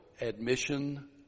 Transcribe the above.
admission